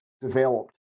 developed